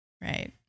right